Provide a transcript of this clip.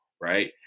right